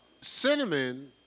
Cinnamon